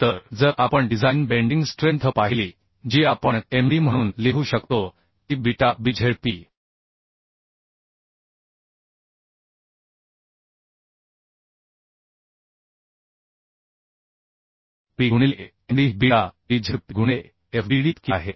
तर जर आपण डिझाइन बेंडिंग स्ट्रेंथ पाहिली जी आपण Md म्हणून लिहू शकतो ती बीटा bZp p गुणिले Md ही बीटा bzp गुणिले Fbd इतकी आहे